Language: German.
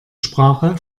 sprache